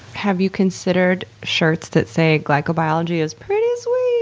have you considered shirts that say, glycobiology is pretty sweet?